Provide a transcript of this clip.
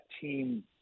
team